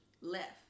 left